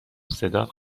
صدات